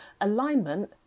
Alignment